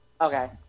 Okay